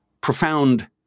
profound